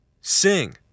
Sing